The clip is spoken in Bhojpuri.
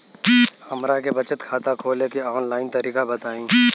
हमरा के बचत खाता खोले के आन लाइन तरीका बताईं?